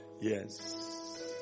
Yes